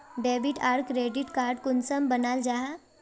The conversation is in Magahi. डेबिट आर क्रेडिट कार्ड कुंसम बनाल जाहा?